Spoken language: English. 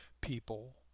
people